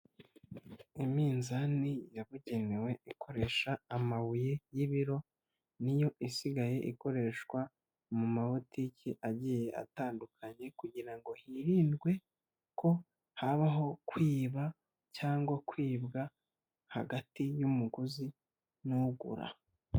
Iminzani yabugenewe ikoresha amabuye y'ibiro, niyo isigaye ikoreshwa mu mabotiki agiye atandukanye, kugira ngo hirindwe ko habaho kwiba, cyangwa kwibwa hagati y'umuguzi n'ugura.